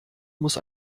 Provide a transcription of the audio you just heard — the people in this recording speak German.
muss